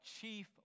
chief